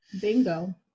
Bingo